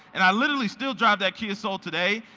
and i literally still drive that kia soul today,